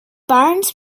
barnes